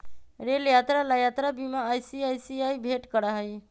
rail यात्रा ला यात्रा बीमा आई.सी.आई.सी.आई भेंट करा हई